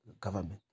government